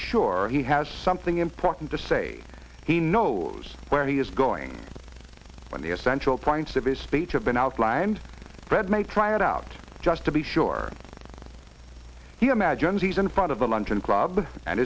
sure he has something important to say he knows where he is going when the essential points of his speech have been outlined read may try it out just to be sure he imagines he's in front of the luncheon club and